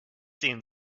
sehen